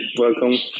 Welcome